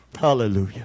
Hallelujah